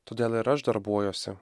todėl ir aš darbuojuosi